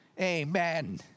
Amen